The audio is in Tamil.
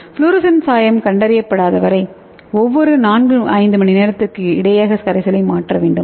ஃப்ளோரசன்ட் சாயம் கண்டறியப்படாத வரை ஒவ்வொரு 4 5 மணி நேரத்திற்கும் இடையக கரைசலை மாற்ற வேண்டும்